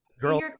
girl